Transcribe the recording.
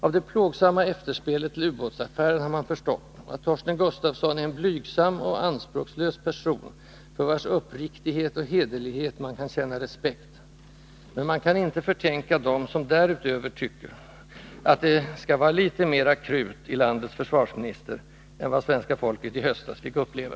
Av det plågsamma efterspelet till ubåtsaffären har man förstått att Torsten Gustafsson är en blygsam och anspråkslös person, för vars uppriktighet och hederlighet man kan känna respekt. Men man kan inte förtänka dem som därutöver tycker att det skall vara litet mera krut i landets försvarsminister än vad svenska folket i höstas fick uppleva.